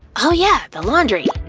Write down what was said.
oh yeah, the laundry.